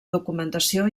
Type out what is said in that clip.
documentació